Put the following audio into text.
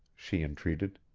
she entreated.